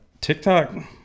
TikTok